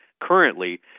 currently